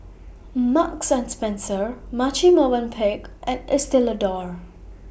Marks and Spencer Marche Movenpick and Estee Lauder